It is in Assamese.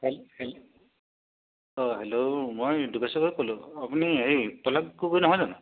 হেল হেল্ অঁ হেল্ল' মই দুগেশ্বৰ বৰাই ক'লোঁ আপুনি এই পল্লৱ গগৈ নহয় জানো